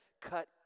cut